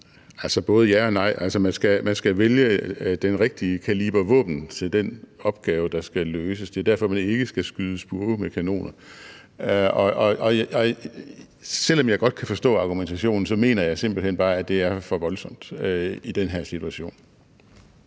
(LA): Både ja og nej. Man skal vælge den rigtige kaliber våben til den opgave, der skal løses. Det er derfor, man ikke skal skyde spurve med kanoner. Selv om jeg godt kan forstå argumentationen, mener jeg simpelt hen bare, at det er for voldsomt i den her situation.